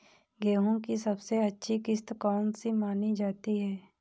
गेहूँ की सबसे अच्छी किश्त कौन सी मानी जाती है?